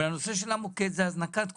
אבל הנושא של המוקד זו הזנקת כוננים.